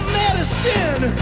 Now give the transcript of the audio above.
medicine